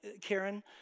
Karen